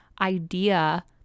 idea